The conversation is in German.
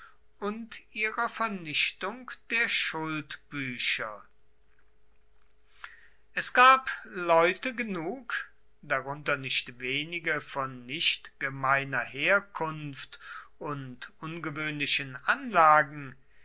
und ihrer vernichtung der schuldbücher es gab leute genug darunter nicht wenige von nicht gemeiner herkunft und ungewöhnlichen anlagen